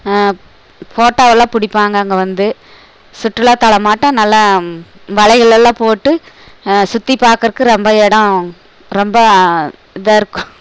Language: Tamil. ஃபோட்டோவெலாம் பிடிப்பாங்க அங்கே வந்து சுற்றுலாத்தலமாட்டம் நல்லா வலைகளெல்லாம் போட்டு சுற்றிப் பார்க்கறக்கு ரொம்ப இடம் ரொம்ப இதாயிருக்கும்